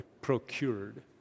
procured